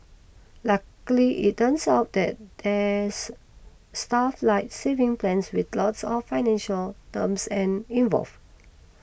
luckily it turns out that there's stuff like savings plans with lots of financial terms an involved